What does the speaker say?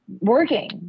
working